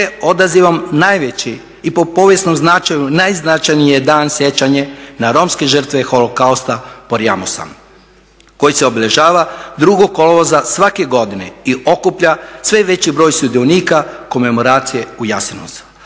odazivom najveći i po povijesnom značenju najznačajniji dan sjećanje na romske žrtve holokausta Porajmosa koji se obilježava 2. kolovoza svake godine i okuplja sve veći broj sudionika komemoracije u Jasenovcu.